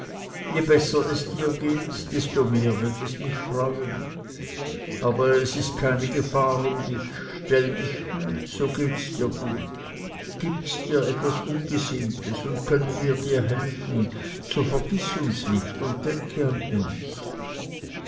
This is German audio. je besser es dir geht desto mehr wird es mich freuen aber es ist keine gefahr um dich stellst dich gut so gehts dir gut gibts dir etwas ungesinnetes und können wir dir helfen so vergiß uns nicht und denke an uns